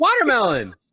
Watermelon